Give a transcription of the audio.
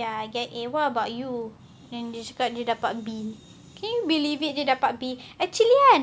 ya I get A what about you and then dia cakap dia dapat B can't believe he dapat B actually kan